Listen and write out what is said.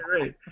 right